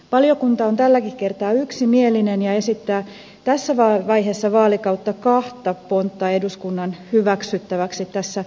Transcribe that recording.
valiokunta on tälläkin kertaa yksimielinen ja esittää tässä vaiheessa vaalikautta kahta pontta eduskunnan hyväksyttäväksi tässä mietinnössään